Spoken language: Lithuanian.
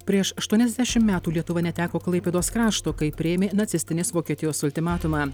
prieš aštuoniasdešim metų lietuva neteko klaipėdos krašto kai priėmė nacistinės vokietijos ultimatumą